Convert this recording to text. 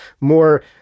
more